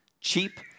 Cheap